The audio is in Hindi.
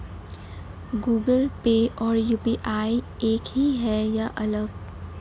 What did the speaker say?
गूगल पे और यू.पी.आई एक ही है या अलग?